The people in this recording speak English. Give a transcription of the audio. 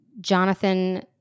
Jonathan